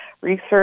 research